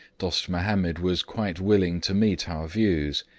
dost mahomed was quite willing to meet our views,